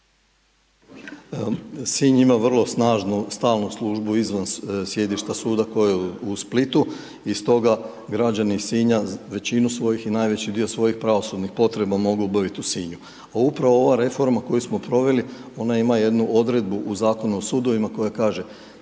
Sinj ima vrlo snažnu stalnu službu izvan sjedišta suda koji je u Splitu i stoga građani Sinja većinu svojih i najveći dio svojih pravosudnih potreba mogu obaviti u Sinju. A upravo ova reforma koju smo proveli, ona ima jednu odredbu u Zakonu o sudovima koja kaže